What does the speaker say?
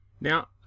Now